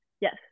Yes